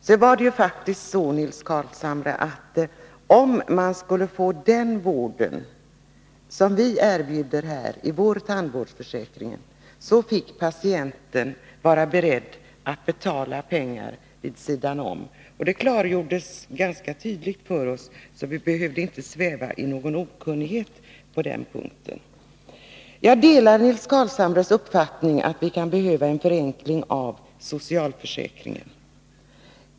Det var ju så, Nils Carlshamre, att om en patient i Tyskland skulle få den vård som vi erbjuder i vår tandvårdsförsäkring, så fick han vara beredd att betala pengar vid sidan om. Det klargjordes ganska tydligt för oss, så vi behövde inte sväva i okunnighet på den punkten. Jag delar Nils Carlshamres uppfattning att socialförsäkringen kan behöva förenklas.